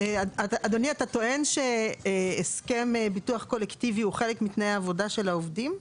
אדוני אתה טוען שהסכם ביטוח קולקטיבי הוא חלק מתנאי העבודה של העובדים?